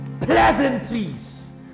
Pleasantries